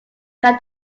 can